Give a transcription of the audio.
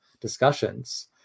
discussions